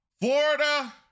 Florida